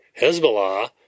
Hezbollah